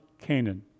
Canaan